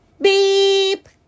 Beep